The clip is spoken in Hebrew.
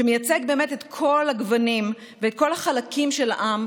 שמייצג באמת את כל הגוונים ואת כל החלקים של העם,